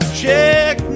check